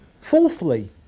fourthly